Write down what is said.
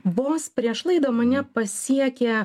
vos prieš laidą mane pasiekė